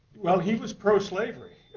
well he was pro-slavery.